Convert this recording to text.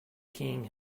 king